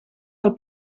del